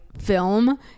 film